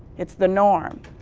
it's the norm.